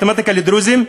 מתמטיקה לדרוזים?